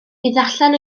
ddarllen